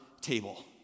table